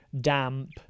damp